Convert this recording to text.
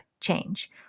change